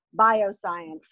bioscience